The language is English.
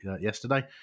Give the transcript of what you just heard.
yesterday